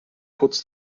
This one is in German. kurz